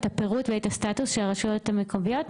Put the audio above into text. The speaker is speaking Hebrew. את הפירוט ואת הסטטוס של הרשויות המקומיות.